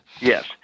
Yes